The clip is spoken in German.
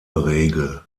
regel